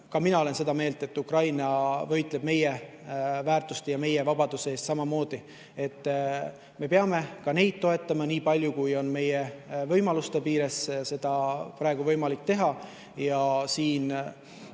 ka mina olen seda meelt, et Ukraina võitleb ka meie väärtuste ja meie vabaduse eest. Me peame neid toetama, nii palju kui on meie võimaluste juures seda praegu võimalik teha. Me